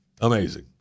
Amazing